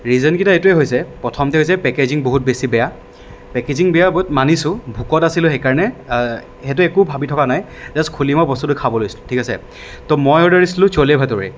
ৰিজনকেইটা এইটোৱে হৈছে প্ৰথমতে হৈছে পেকেজিং বহুত বেছি বেয়া পেকেজিং বেয়া বহুত মানিছোঁ ভোকত আছিলোঁ সেইকাৰণে সেইটো একো ভাবি থকা নাই জাষ্ট খুলি মই বস্তুটো খাব লৈছিলোঁ ঠিক আছে তো মই অৰ্ডাৰ দিছিলোঁ চৌলে ভতোৰে